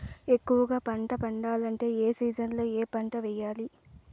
ఎక్కువగా పంట పండాలంటే ఏ సీజన్లలో ఏ పంట వేయాలి